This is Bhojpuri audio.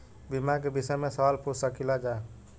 बीमा के विषय मे सवाल पूछ सकीलाजा?